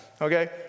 Okay